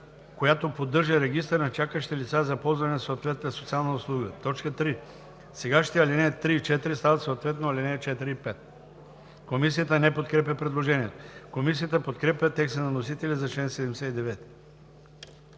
която поддържа регистър на чакащите лица за ползване на съответната социална услуга“. 3. Сегашните ал. 3 и 4 стават съответно ал. 4 и 5.“ Комисията не подкрепя предложението. Комисията подкрепя текста на вносителя за чл. 79.